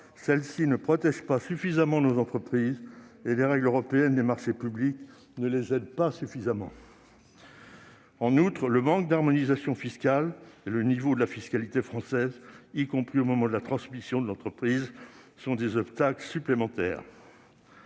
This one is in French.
Celles-ci ne protègent pas suffisamment nos entreprises et les règles européennes des marchés publics ne les aident pas assez. En outre, le manque d'harmonisation fiscale et le niveau de la fiscalité française, y compris au moment de la transmission de l'entreprise, sont des obstacles supplémentaires.